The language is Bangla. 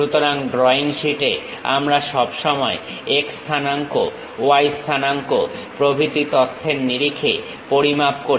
সুতরাং ড্রয়িং শীটে আমরা সব সময় x স্থানাঙ্ক y স্থানাঙ্ক প্রভৃতি তথ্যের নিরিখে পরিমাপ করি